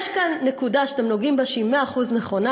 יש כאן נקודה שאתם נוגעים בה שהיא מאה אחוז נכונה,